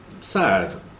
sad